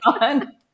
on